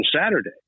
Saturday